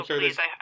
please